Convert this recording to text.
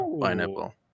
pineapple